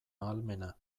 ahalmena